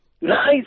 Nice